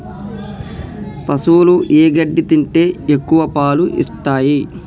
పశువులు ఏ గడ్డి తింటే ఎక్కువ పాలు ఇస్తాయి?